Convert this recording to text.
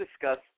discuss